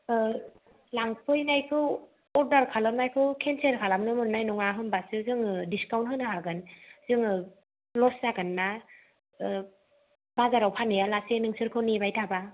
ओ लांफैनायखौ अर्डार खालामनायखौ केन्सेल खालामनो मोन्नाय नङा होमबासो जोङो दिसकाउन्ट होनो हागोन जोङो लस जागोनना औ बाजाराव फानहैयालासे नोंसोरखौ नेबाय थाबा